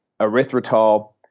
erythritol